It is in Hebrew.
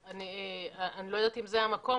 אני לא יודעת אם זה המקום,